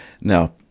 Now